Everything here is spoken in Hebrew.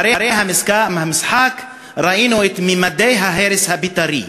אחרי המשחק ראינו את ממדי ההרס ה"בית"רי",